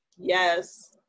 Yes